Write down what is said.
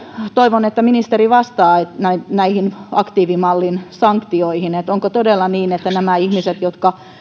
toivon että ministeri vastaa liittyen näihin aktiivimallin sanktioihin onko todella niin että nämä ihmiset jotka